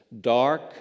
dark